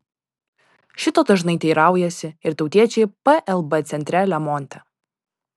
šito dažnai teiraujasi ir tautiečiai plb centre lemonte